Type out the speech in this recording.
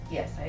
Yes